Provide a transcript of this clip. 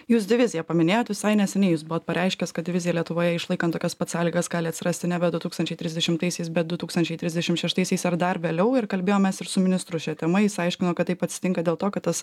jūs diviziją paminėjot visai neseniai jūs buvot pareiškęs kad divizija lietuvoje išlaikant tokias pat sąlygas gali atsirasti nebe du tūkstančiai trisdešimtaisiais bet du tūkstančiai trisdešim šeštaisiais ar dar vėliau ir kalbėjomės ir su ministru šia tema jis aiškino kad taip atsitinka dėl to kad tas